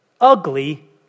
Ugly